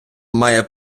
має